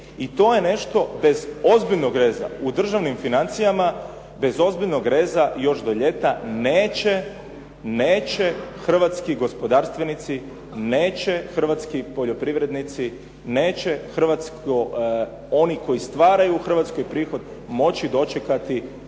I to je nešto bez ozbiljnog reza u državnim financijama, bez ozbiljnog reza još do ljeta neće hrvatski gospodarstvenici, neće hrvatski poljoprivrednici, neće oni koji stvaraju u Hrvatskoj prihod moći dočekati